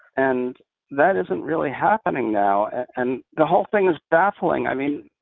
and that isn't really happening now. and and the whole thing is baffling. i mean,